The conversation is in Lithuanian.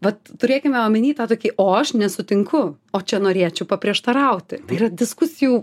vat turėkime omeny tą tokį o aš nesutinku o čia norėčiau paprieštarauti tai yra diskusijų